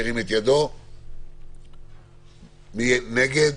מי נגד?